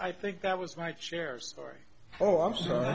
i think that was my chair sorry oh i'm sorry